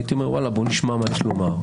הייתי אומר: בואו נשמע מה יש לומר,